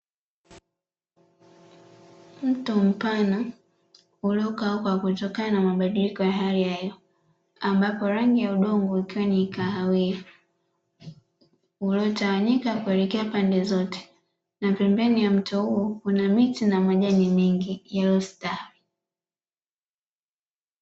Mto mpana uliokauka kutokana na mabadiliko ya hali ya hewa ambapo rangi ya udongo ikiwa ni kahawia uliyotawanyika kuelekea pande zote na pembeni ya mto huo kuna miti na majani mengi yaliyostawi.